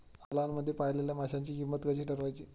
तलावांमध्ये पाळलेल्या माशांची किंमत कशी ठरवायची?